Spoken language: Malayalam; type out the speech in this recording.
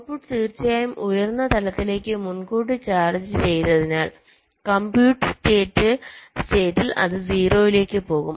ഔട്ട്പുട്ട് തീർച്ചയായും ഉയർന്ന തലത്തിലേക്ക് മുൻകൂട്ടി ചാർജ് ചെയ്തതിനാൽ കമ്പ്യൂട്ട് സ്റ്റേറ്റിൽ അത് 0 ലേക്ക് പോകും